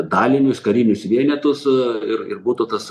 dalinius kariniųs vienetus ir ir būtų tas